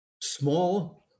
small